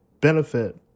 benefit